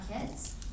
kids